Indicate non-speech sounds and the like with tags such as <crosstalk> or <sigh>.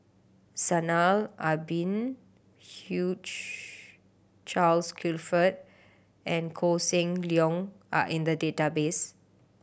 Zainal Abidin <unintelligible> Charles Clifford and Koh Seng Leong are in the database